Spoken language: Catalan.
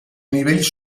nivells